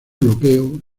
bloqueo